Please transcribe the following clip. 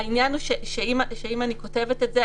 העניין הוא שאם אני כותבת את זה,